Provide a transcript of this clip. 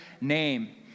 name